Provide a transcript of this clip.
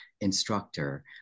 instructor